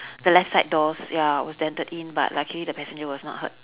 the left side doors ya was dented in but luckily the passenger was not hurt